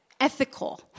ethical